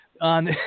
on